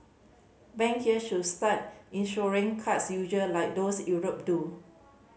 bank here should start insuring cards user like those Europe do